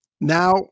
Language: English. Now